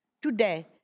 today